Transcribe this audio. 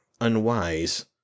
unwise